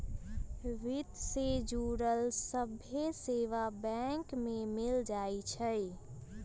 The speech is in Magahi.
वित्त से जुड़ल सभ्भे सेवा बैंक में मिल जाई छई